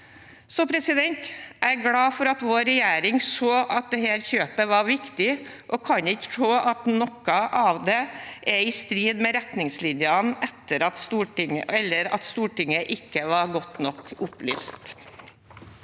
avkastning. Jeg er glad for at vår regjering så at dette kjøpet var viktig, og kan ikke se at noe av det er i strid med retningslinjene eller at Stortinget ikke var nok opplyst.